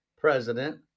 president